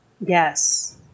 Yes